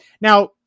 Now